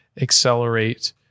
accelerate